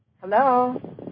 Hello